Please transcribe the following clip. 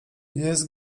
jest